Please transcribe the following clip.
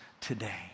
today